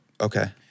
Okay